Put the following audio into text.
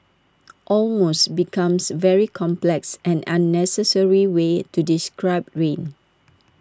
almost becomes very complex and unnecessary way to describe rain